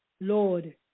Lord